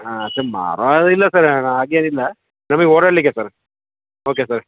ಹಾಂ ಸರ್ ಮಾರೋ ಅದಿಲ್ಲ ಸರ್ ಹಾಗೇನ್ ಇಲ್ಲ ನಮಗ್ ಓಡಾಡಲಿಕ್ಕೆ ಸರ್ ಓಕೆ ಸರ್